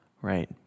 right